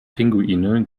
pinguine